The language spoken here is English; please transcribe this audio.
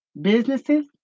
businesses